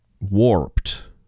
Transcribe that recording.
warped